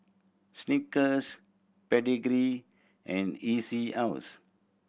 Snickers Pedigree and E C House